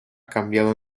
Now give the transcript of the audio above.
cambiado